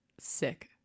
sick